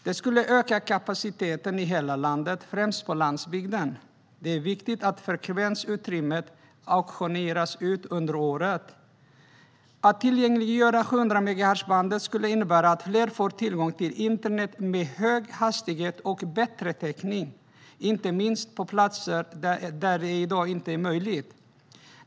Det skulle öka kapaciteten i hela landet, främst på landsbygden. Det är viktigt att frekvensutrymmet auktioneras under året. Att tillgängliggöra 700-megahertzbandet skulle innebära att fler får tillgång till internet med hög hastighet och bättre täckning, inte minst på platser där det i dag inte är möjligt.